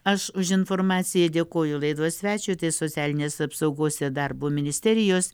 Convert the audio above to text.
aš už informaciją dėkoju laidos svečiui tai socialinės apsaugos ir darbo ministerijos